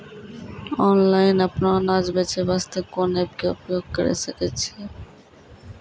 Online अपनो अनाज बेचे वास्ते कोंन एप्प के उपयोग करें सकय छियै?